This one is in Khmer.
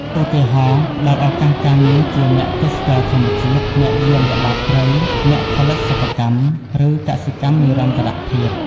ឧទាហរណ៍ ផ្តល់ឱកាសការងារជាអ្នកទេសចរណ៍ធម្មជាតិ អ្នកយាមល្បាតព្រៃ អ្នកផលិតសិប្បកម្ម ឬកសិកម្មនិរន្តរភាព។